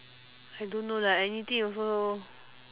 I don't know lah anything also